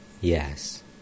Yes